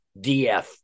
DF